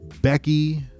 Becky